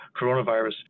coronavirus